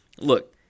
Look